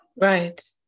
Right